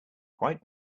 quite